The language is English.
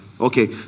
okay